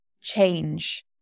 change